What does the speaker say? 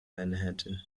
manhattan